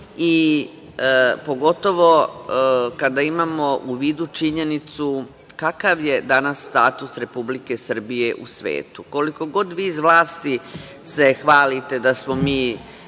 i pogotovo kada imamo u vidu činjenicu kakav je danas status Republike Srbije u svetu. Koliko god se vi iz vlasti hvalite da smo mi